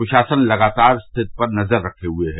प्रशासन लगातार स्थिति पर नजर रखे हुए हैं